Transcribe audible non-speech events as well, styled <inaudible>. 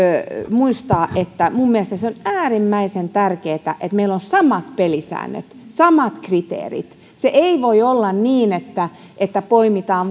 muistaa että on äärimmäisen tärkeätä että meillä on samat pelisäännöt samat kriteerit se ei voi olla niin että että poimitaan <unintelligible>